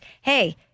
hey